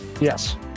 Yes